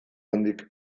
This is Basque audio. handik